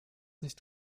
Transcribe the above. nicht